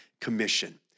Commission